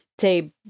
say